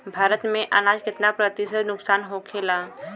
भारत में अनाज कितना प्रतिशत नुकसान होखेला?